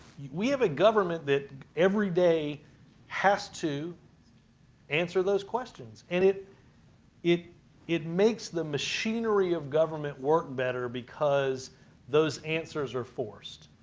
we have a government that every day has to answer those questions. and it it makes the machinery of government work better because those answers are forced.